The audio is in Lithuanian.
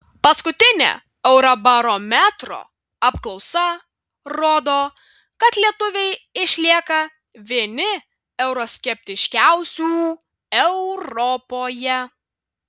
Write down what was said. paskutinė eurobarometro apklausa rodo kad lietuviai išlieka vieni euroskeptiškiausių europoje